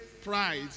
pride